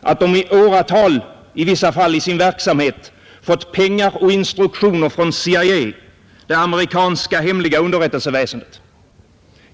att de i åratal i sin verksamhet fått pengar och instruktioner från CIA, det amerikanska hemliga underrättelseväsendet.